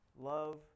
Love